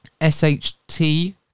SHT